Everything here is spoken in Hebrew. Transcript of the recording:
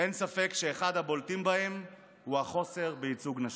אין ספק שאחד הבולטים בהם הוא החוסר בייצוג נשי.